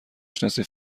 شناسی